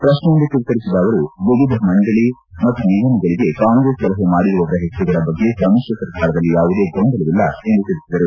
ಪ್ರಶ್ನೆಯೊಂದಕ್ಕೆ ಉತ್ತರಿಸಿದ ಅವರು ವಿವಿಧ ಮಂಡಳಿ ಮತ್ತು ನಿಗಮಗಳಿಗೆ ಕಾಂಗ್ರೆಸ್ ಸಲಹೆ ಮಾಡಿರುವವರ ಪೆಸರುಗಳ ಬಗ್ಗೆ ಸಮ್ಮಿಶ್ರ ಸರ್ಕಾರದಲ್ಲಿ ಯಾವುದೇ ಗೊಂದಲವಿಲ್ಲ ಎಂದು ತಿಳಿಸಿದರು